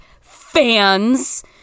fans